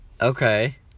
Okay